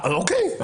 אוקיי.